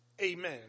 amen